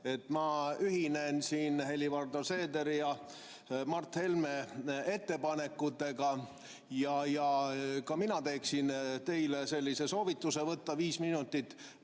Ma ühinen siin Helir-Valdor Seederi ja Mart Helme ettepanekutega. Ka mina teeksin teile soovituse võtta viis minutit